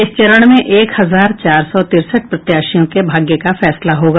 इस चरण में एक हजार चार सौ तिरसठ प्रत्याशियों के भाग्य का फैसला होगा